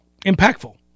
impactful